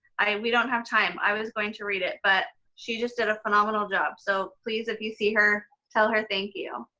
and we don't have time, i was going to read it. but she just did a phenomenal job. so please, if you see her, tell her thank you.